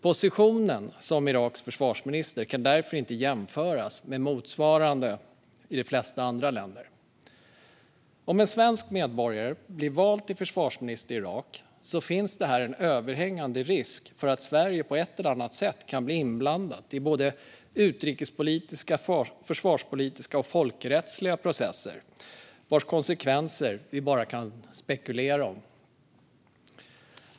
Positionen som Iraks försvarsminister kan därför inte jämföras med motsvarande i de flesta andra länder. Om en svensk medborgare blir vald till försvarsminister i Irak finns det en överhängande risk för att Sverige på ett eller annat sätt kan bli inblandat i både utrikespolitiska, försvarspolitiska och folkrättsliga processer vars konsekvenser vi bara kan spekulera om.